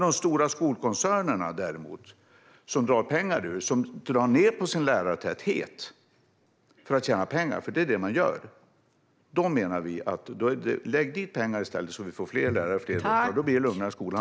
De stora skolkoncernerna, däremot, som drar ned på sin lärartäthet för att tjäna pengar, bör lägga dit pengar i stället så att vi får fler lärare och fler vuxna. Då blir det också lugnare i skolan.